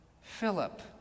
Philip